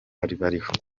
abariho